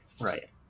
Right